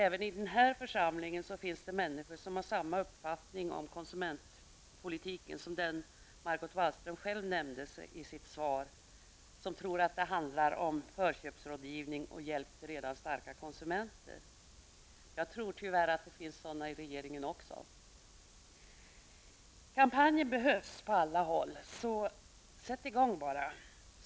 Även i denna församling finns det människor som har samma uppfattning om konsumentpolitiken som den Margót Wallström själv nämnde i sitt svar, som tror att det handlar om förköpsrådgivning och hjälp till redan starka konsumenter. Jag tror tyvärr att det finns sådana åsikter i regeringen också. Kampanjer behövs på alla håll. Sätt i gång?